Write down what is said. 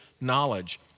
knowledge